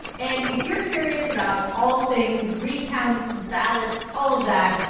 and if you're curious about all things recounts, ballots, all of that,